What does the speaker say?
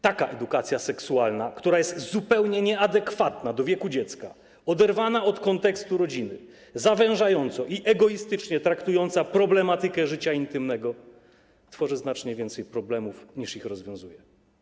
Taka edukacja seksualna, która jest zupełnie nieadekwatna do wieku dziecka, oderwana od kontekstu rodziny, zawężająca i egoistycznie traktująca problematykę życia intymnego tworzy znacznie więcej problemów, niż rozwiązuje.